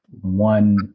one